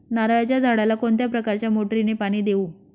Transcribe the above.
नारळाच्या झाडाला कोणत्या प्रकारच्या मोटारीने पाणी देऊ?